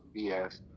BS